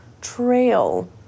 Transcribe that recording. trail